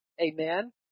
Amen